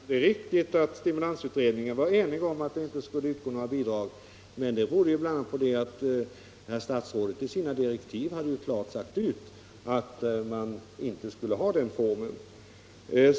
Herr talman! Det är riktigt att stimulansutredningen var enig om att inga bidrag skulle utgå, men statsrådet hade ju i sina direktiv klart sagt att man inte skulle ha den formen.